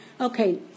Okay